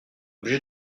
obligé